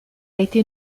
été